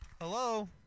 Hello